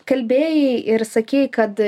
kalbėjai ir sakei kad